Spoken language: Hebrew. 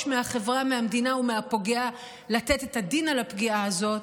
מהחברה מהמדינה ומהפוגע לתת את הדין על הפגיעה הזאת,